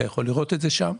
אתה יכול לראות את זה שם.